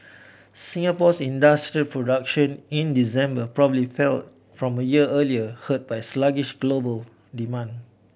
Singapore's industrial production in December probably fell from a year earlier hurt by sluggish global demand